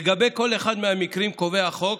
לגבי כל אחד מהמקרים קובע החוק